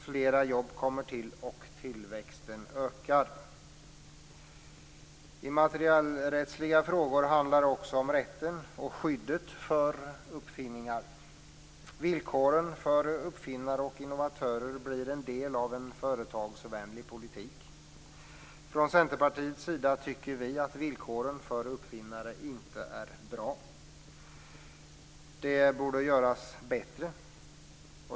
Fler jobb kommer till, och tillväxten ökar. Immaterialrättsliga frågor handlar också om rätten till och skyddet för uppfinningar. Villkoren för uppfinnare och innovatörer blir en del av en företagsvänlig politik. Från Centerpartiets sida tycker vi att villkoren för uppfinnare inte är bra. De borde göras bättre.